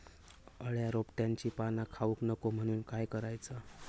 अळ्या रोपट्यांची पाना खाऊक नको म्हणून काय करायचा?